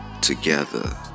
Together